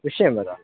विषयं वद